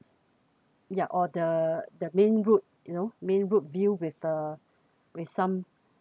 ya or the the main road you know main road view with the with some